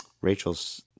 Rachel's